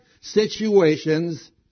situations